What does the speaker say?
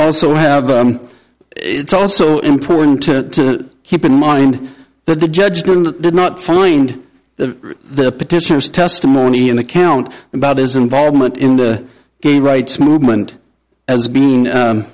also have it's also important to keep in mind that the judge did and did not find the the petitioners testimony an account about his involvement in the gay rights movement as being